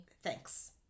Thanks